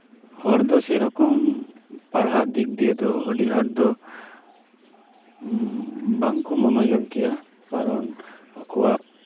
ᱦᱚᱲᱫᱚ ᱥᱮᱨᱚᱠᱚᱢ ᱯᱟᱲᱦᱟᱜ ᱫᱤᱠᱫᱤᱭᱮᱫᱚ ᱟᱹᱰᱤ ᱟᱴᱫᱚ ᱵᱟᱝᱠᱚ ᱢᱚᱱᱚᱡᱳᱜᱽ ᱜᱮᱭᱟ ᱠᱟᱨᱚᱱ ᱟᱠᱚᱣᱟᱜ